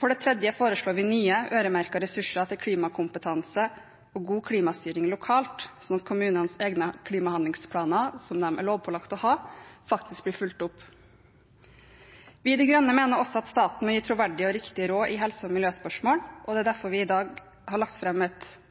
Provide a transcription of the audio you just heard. For det tredje foreslår vi nye, øremerkede ressurser til klimakompetanse og god klimastyring lokalt, slik at kommunenes egne klimahandlingsplaner, som de er lovpålagt å ha, faktisk blir fulgt opp. Vi i De Grønne mener også at staten må gi troverdige og riktige råd i helse- og miljøspørsmål, og vi har derfor i dag lagt fram det vi mener er et